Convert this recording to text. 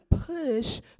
push